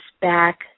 back